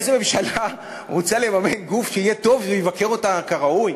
איזו ממשלה רוצה לממן גוף שיהיה טוב ויבקר אותה כראוי?